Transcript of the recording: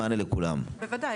בוודאי.